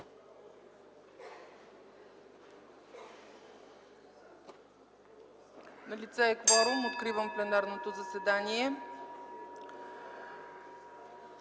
Налице е кворум, откривам пленарното заседание.